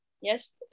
Yes